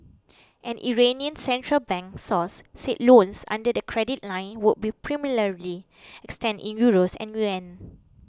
an Iranian central bank source said loans under the credit line would be primarily extended in Euros and yuan